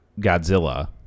Godzilla